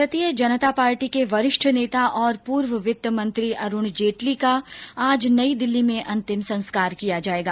भारतीय जनता पार्टी के वरिष्ठ नेता और पूर्व वित्त मंत्री अरुण जेटली का आज नई दिल्ली में अंतिम संस्कार किया जाएगा